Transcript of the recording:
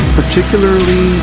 particularly